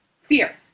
Fear